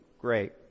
great